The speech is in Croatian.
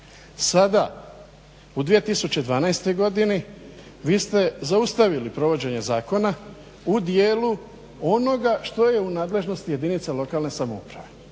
Sada u 2012. godini vi ste zaustavili provođenje zakona u dijelu onoga što je u nadležnosti jedinica lokalne samouprave.